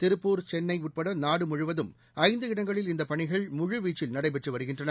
திருப்பூர் சென்னை உட்பட நாடு முழுவதும் ஐந்து இடங்களில் இந்த பணிகள் முழுவீச்சில் நடைபெற்று வருகின்றன